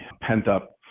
pent-up